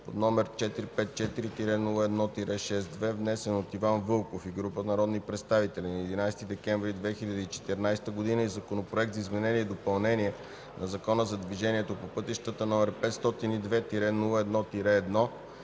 № 454-01-62, внесен от Иван Вълков и група народни представители на 11 декември 2014 г., и Законопроект за изменение и допълнение на Закона за движението по пътищата, № 502-01-1,